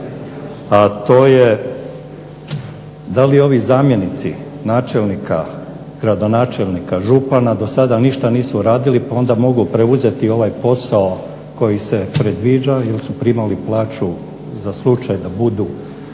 a to je da li ovi zamjenici načelnika, gradonačelnika, župana do sada ništa nisu radili pa onda mogu preuzeti ovaj posao koji se predviđao jer su primali plaću za slučaj da budu